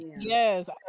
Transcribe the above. Yes